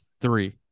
three